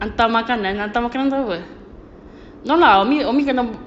hantar makanan hantar makanan tu apa no lah umi umi kena